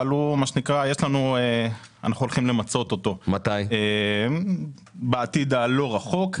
אבל אנחנו הולכים למצות אותו בעתיד הלא רחוק.